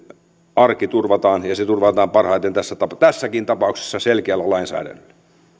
arki turvataan ja se turvataan parhaiten tässäkin tapauksessa selkeällä lainsäädännöllä